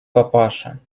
папаша